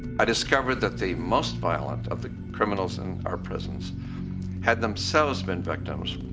i discovered that the most violent of the criminals in our prisons had themselves been victims